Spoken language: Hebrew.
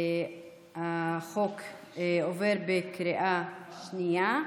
הצעת החוק עברה בקריאה שנייה.